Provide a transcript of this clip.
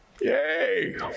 Yay